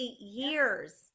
years